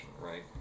right